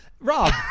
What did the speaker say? Rob